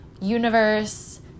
universe